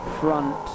front